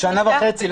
שנה וחצי.